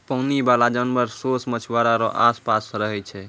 पानी बाला जानवर सोस मछुआरा रो आस पास रहै छै